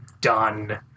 done